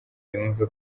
yumve